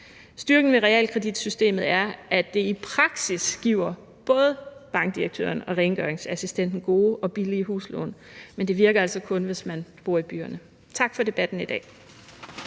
Styrken ved realkreditsystemet er, at det i praksis giver både bankdirektøren og rengøringsassistenten gode og billige huslån, men det virker altså kun, hvis man bor i byerne. Tak for debatten i dag.